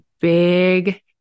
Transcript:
big